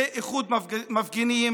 זה איחוד מפגינים.